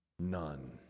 None